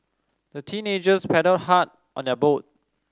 the teenagers paddled hard on their boat